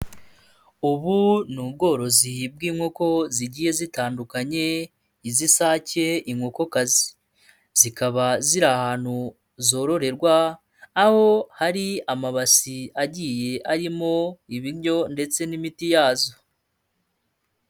Ubu ni ubworozi bw'inkoko zigiye zitandukanye iz'isake, inkokokazi zikaba ziri ahantu zororerwa aho hari amabasi agiye arimo ibiryo ndetse n'imiti yazo.